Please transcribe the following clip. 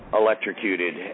electrocuted